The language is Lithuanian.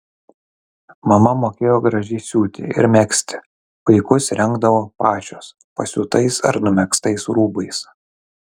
mama mokėjo gražiai siūti ir megzti vaikus rengdavo pačios pasiūtais ar numegztais rūbais